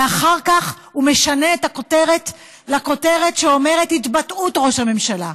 ואחר כך הוא משנה את הכותרת לכותרת שאומרת: התבטאות ראש הממשלה.